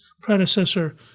predecessor